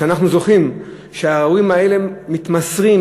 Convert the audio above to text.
אנחנו זוכים שההורים האלה מתמסרים,